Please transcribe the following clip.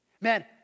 Man